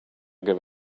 give